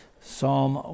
Psalm